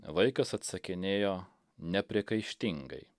vaikas atsakinėjo nepriekaištingai